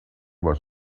was